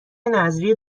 نذریه